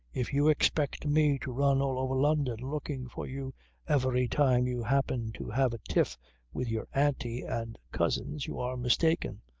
if you expect me to run all over london looking for you every time you happen to have a tiff with your auntie and cousins you are mistaken.